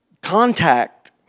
contact